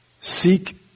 Seek